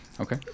Okay